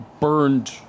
burned